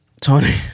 Tony